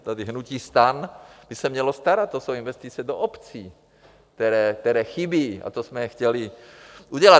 Tady hnutí STAN by se mělo starat, to jsou investice do obcí, které chybí, a to jsme chtěli udělat.